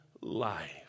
life